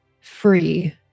free